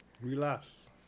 Relax